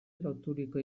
loturiko